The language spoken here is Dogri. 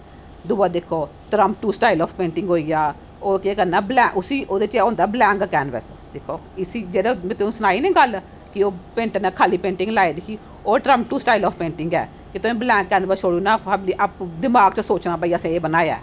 दूआ दिक्खो त्रमंतू स्टाइल आफ पेंटिंग होई गेआ ओह् केह् करना ओहदे च होंदा ऐ ब्लैक केनवस इसी जेहड़ी में तुसेंगी सनाई ना गल्ल कि ओह पेंटर ने खाली पेंटिंग लाई दी ही ओह् त्रमंतू स्टाइल आफ पेंटिंग ऐ तुस बलेंक छोड़ी ओड़ना आपू दिमाग च सोचना भाई असें एह् बनाया ऐ